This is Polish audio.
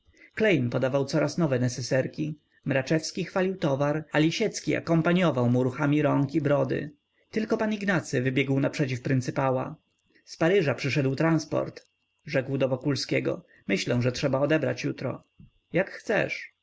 podawał coraz nowe neseserki mraczewski chwalił towar a lisiecki akompaniował mu ruchami ręki i brody tylko pan ignacy wybiegł naprzeciw pryncypała z paryża przyszedł transport rzekł do wokulskiego myślę że trzeba odebrać jutro jak chcesz